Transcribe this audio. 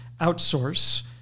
outsource